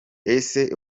ese